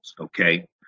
okay